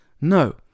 No